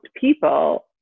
people